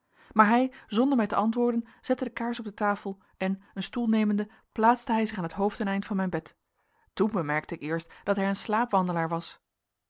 maar hij zonder mij te antwoorden zette de kaars op de tafel en een stoel nemende plaatste hij zich aan het hoofdeneind van mijn bed toen bemerkte ik eerst dat hij een slaapwandelaar was